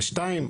ושניים,